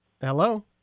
Hello